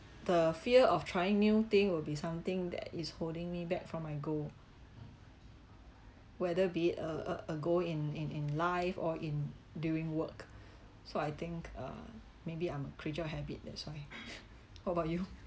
the fear of trying new thing will be something that is holding me back from my goal whether be it a a a goal in in in life or in during work so I think uh maybe I'm a creature of habit that's why what about you